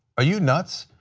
are you nuts?